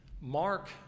Mark